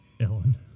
Ellen